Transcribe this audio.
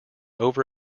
over